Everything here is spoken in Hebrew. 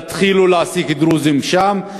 תתחילו להעסיק דרוזים שם,